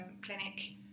clinic